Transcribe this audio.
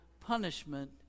punishment